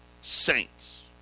Saints